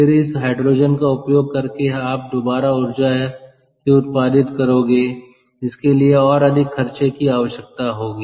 फिर इस हाइड्रोजन का उपयोग करके आप दोबारा ऊर्जा ही उत्पादित करोगे जिसके लिए और अधिक खर्चे की आवश्यकता होगी